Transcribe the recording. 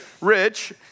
rich